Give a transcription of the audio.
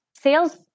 sales